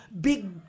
big